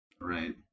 Right